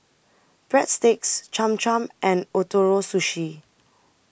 Breadsticks Cham Cham and Ootoro Sushi